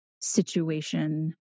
situation